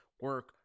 Work